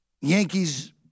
Yankees